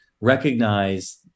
recognize